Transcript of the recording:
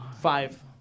Five